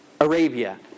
Arabia